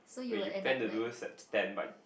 wait you plan to do such ten but you